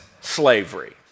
slavery